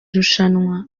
rushanwa